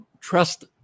trust